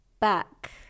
back